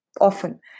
often